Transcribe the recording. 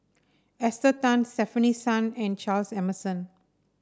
Esther Tan Stefanie Sun and Charles Emmerson